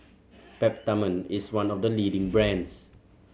Peptamen is one of the leading brands